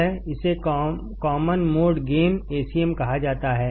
इसे common mode gain Acmकहा जाता है